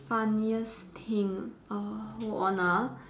funniest thing uh hold on ah